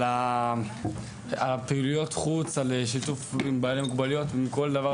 על הפעילויות חוץ על שיתוף בעלי מוגבלויות עם כל דבר